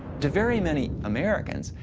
to very many americans,